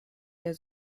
der